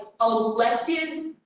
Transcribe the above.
elected